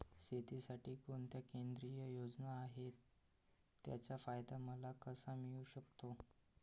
शेतीसाठी कोणत्या केंद्रिय योजना आहेत, त्याचा फायदा मला कसा मिळू शकतो?